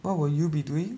what will you be doing